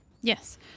yes